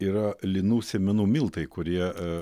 yra linų sėmenų miltai kurie